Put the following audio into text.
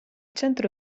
centro